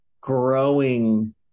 growing